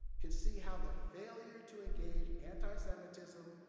can see how the failure to engage anti-semitism,